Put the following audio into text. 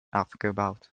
aufgebaut